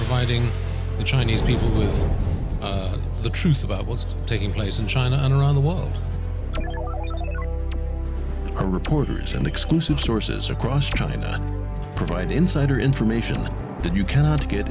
fighting the chinese people is the truth about what's taking place in china and around the world are reporters and exclusive sources across china provide insider information that you cannot get